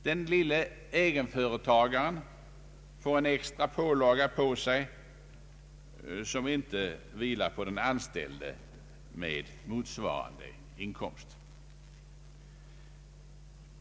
Den lille egenföretagaren får en extra pålaga på sig, som inte vilar på den anställde med motsvarande inkomst.